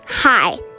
Hi